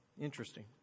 Interesting